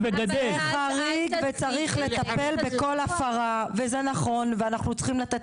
זה חריג וצריך לטפל בכל הפרה וזה נכון ואנחנו צריכים לתת